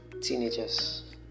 teenagers